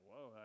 whoa